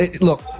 look